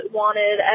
wanted